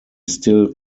still